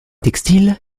textile